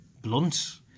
blunt